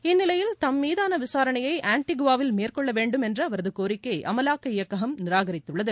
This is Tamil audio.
இந்நிலையில் தம்மீதான விசாரணையை ஆன்டிகுவாவில் மேற்கொள்ள வேண்டும் என்ற அவரது கோரிக்கையை அமலாக்க இயக்ககம் நிராகரித்துள்ளது